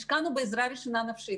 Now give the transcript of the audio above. השקענו בעזרה ראשונה נפשית